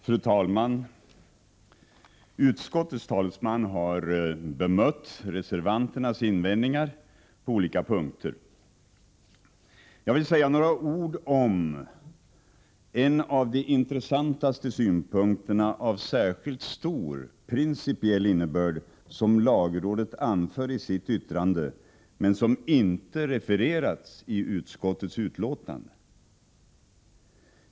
Fru talman! Utskottets talesman har bemött reservanternas invändningar på olika punkter. Jag vill säga några ord om en av de intressantaste synpunkterna av särskilt stor principiell innebörd som lagrådet anför i sitt yttrande men som inte refererats i utskottets betänkande.